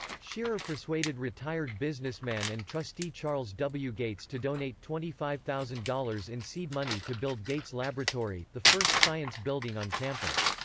scherer persuaded retired businessman and trustee charles w. gates to donate twenty five thousand dollars in seed money to build gates laboratory, the first science building on campus.